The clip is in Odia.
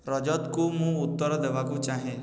ରଜତଙ୍କୁ ମୁଁ ଉତ୍ତର ଦେବାକୁ ଚାହେଁ